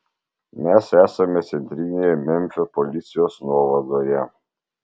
mes esame centrinėje memfio policijos nuovadoje